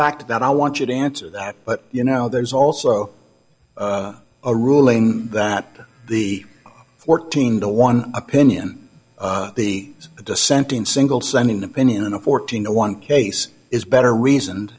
back to that i want you to answer that but you know there's also a ruling that the fourteen to one opinion the dissenting single sending the pinion in a fourteen a one case is better reason